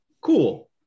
cool